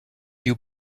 you